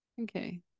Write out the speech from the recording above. Okay